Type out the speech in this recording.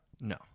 No